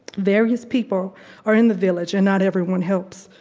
various people are in the village and not everyone helps.